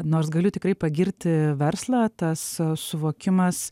nors galiu tikrai pagirti verslą tas suvokimas